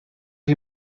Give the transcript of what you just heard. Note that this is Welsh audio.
chi